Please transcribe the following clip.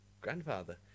grandfather